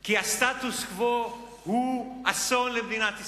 כי הסטטוס-קוו הוא אסון למדינת ישראל.